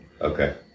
Okay